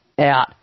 out